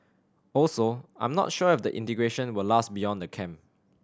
also I'm not sure if the integration will last beyond the camp